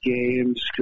games